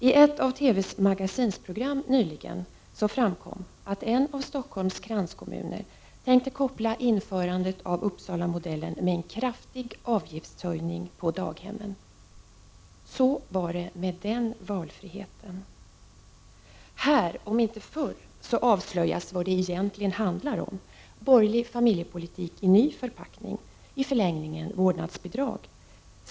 I ett av TV:s magasinsprogram nyligen framkom att en av Stockholms kranskommuner tänkte koppla införandet av Uppsalamodellen med en kraftig avgiftshöjning på daghemmen. Så var det med den valfriheten! Här om inte förr avslöjas vad det egentligen handlar om: Borgerlig familjepolitik i ny förpackning, i förlängningen vårdnadsbidrag.